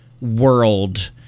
world